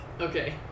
Okay